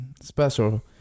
special